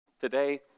Today